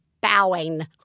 bowing